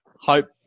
hope